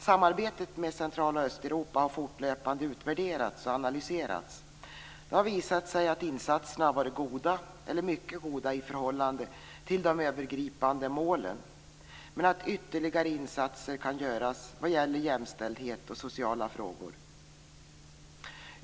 Samarbetet med Central och Östeuropa har fortlöpande utvärderats och analyserats. Det har visat sig att insatserna har varit goda eller mycket goda i förhållande till de övergripande målen, men att ytterligare insatser kan göras vad gäller jämställdhet och sociala frågor.